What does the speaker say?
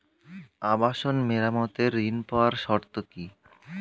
আবাসন মেরামতের ঋণ পাওয়ার শর্ত কি?